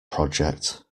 project